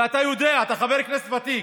ואתה יודע, אתה חבר כנסת ותיק,